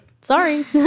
Sorry